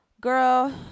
girl